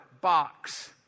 box